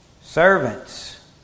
Servants